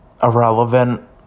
irrelevant